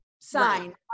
sign